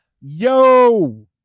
Yo